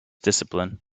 discipline